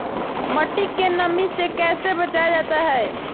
मट्टी के नमी से कैसे बचाया जाता हैं?